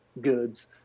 goods